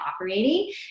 operating